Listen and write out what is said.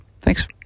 Thanks